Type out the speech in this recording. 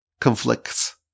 conflicts